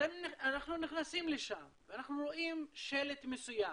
אנחנו נכנסים לשם, אנחנו רואים שלט מסוים,